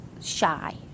shy